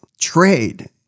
trade